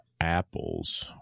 apples